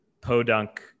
podunk